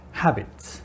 habits